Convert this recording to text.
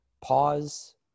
pause